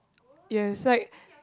yes like